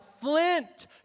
flint